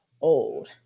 old